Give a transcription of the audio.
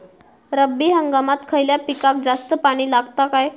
रब्बी हंगामात खयल्या पिकाक जास्त पाणी लागता काय?